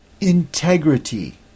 Integrity